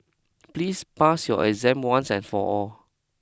please pass your exam once and for all